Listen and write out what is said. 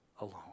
alone